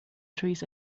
trees